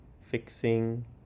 fixing